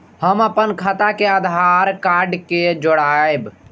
हम अपन खाता के आधार कार्ड के जोरैब?